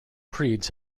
creeds